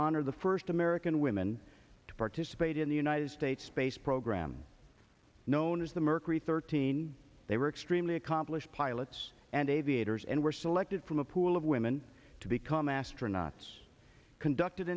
honor the first american women to participate in the united states space program known as the mercury thirteen they were extremely accomplished pilots and aviators and were selected from a pool of women to become astronauts conducted